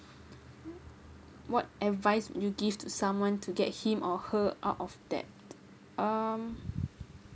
what advice you give to someone to get him or her out of that um